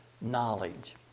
knowledge